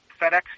FedEx